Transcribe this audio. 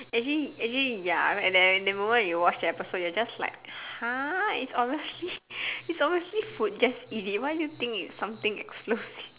actually actually ya at that at that moment when you watch that episode you're just like !huh! it's obviously it's obviously food just eat it why do you think it's something explosive